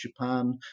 Japan